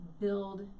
build